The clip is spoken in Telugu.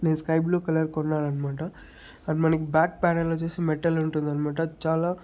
నేను స్కై బ్లూ కలర్ కొన్నాననమాట అండ్ మనకి బ్యాక్ ప్యానల్ వచ్చేసి మెటల్ ఉంటుందనమాట చాలా